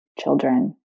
children